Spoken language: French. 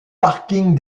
parking